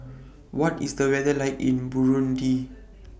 What IS The weather like in Burundi